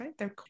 right